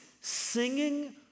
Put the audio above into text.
singing